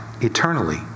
eternally